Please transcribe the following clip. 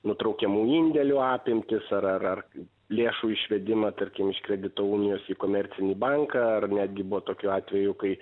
nutraukiamų indėlių apimtis ar ar ar lėšų išvedimą tarkim iš kredito unijos į komercinį banką ar netgi buvo tokių atvejų kai